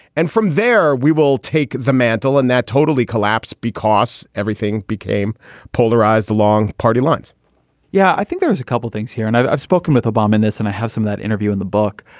and from there, we will take the mantle and that totally collapse because everything became polarized along party lines yeah, i think there was a couple things here. and i've i've spoken with obama in this and i have some that interview in the book.